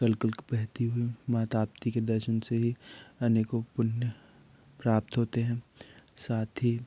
कल कल बहती हुई माँ ताप्ती के दर्शन से ही अनेकों पुण्य प्राप्त होते हैं साथ ही